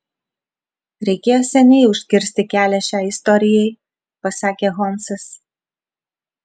reikėjo seniai užkirsti kelią šiai istorijai pasakė holmsas